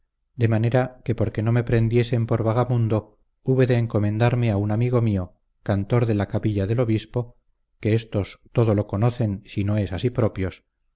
de manera que porque no me prendiesen por vagamundo hube de encomendarme a un amigo mio cantor de la capilla del obispo que estos todo lo conocen sino es a sí propios